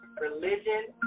religion